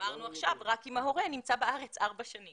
אמרנו עכשיו, רק אם ההורה נמצא בארץ ארבע שנים.